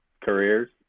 careers